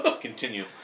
Continue